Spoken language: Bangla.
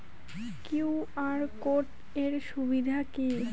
কিউ.আর কোড এর সুবিধা কি?